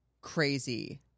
crazy